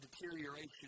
deterioration